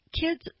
Kids